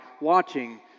watching